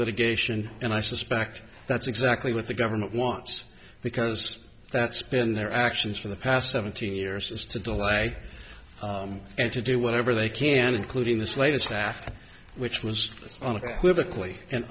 litigation and i suspect that's exactly what the government wants because that's been their actions for the past seventeen years is to delay and to do whatever they can including this latest path which was on equivocally and